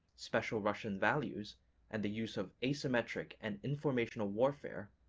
special russian values and the use of asymmetric and informational warfare,